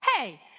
Hey